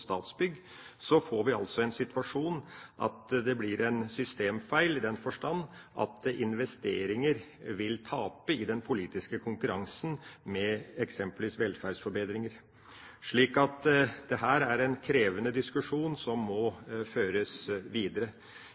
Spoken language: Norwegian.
Statsbygg, får vi altså en situasjon der det blir en systemfeil, i den forstand at investeringer vil tape i den politiske konkurransen med eksempelvis velferdsforbedringer. Dette er en krevende diskusjon, som må føres videre.